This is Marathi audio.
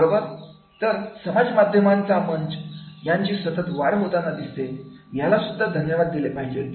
बरोबर समाज माध्यमांचा मंच यांची सतत वाढ होताना दिसते यालासुद्धा धन्यवाद दिले पाहिजेत